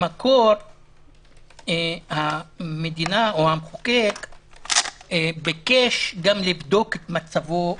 במקור המדינה או המחוקק ביקשו גם לבדוק את מצבו הכלכלי,